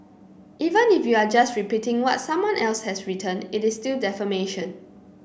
even if you are just repeating what someone else has written it is still defamation